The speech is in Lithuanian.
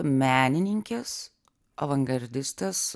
menininkės avangardistės